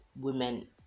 women